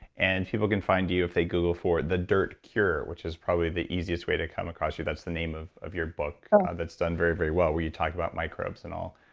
and people can find you you if they google for the dirt cure which is probably the easiest way to come across you. that's the name of of your book that's done very, very well, where you talk about microbes and all.